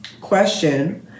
question